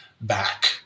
back